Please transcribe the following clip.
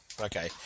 Okay